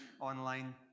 online